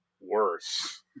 worse